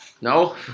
no